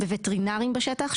בווטרינרים בשטח,